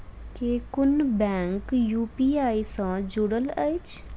केँ कुन bank UPI सँ जुड़ल अछि?